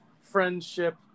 friendship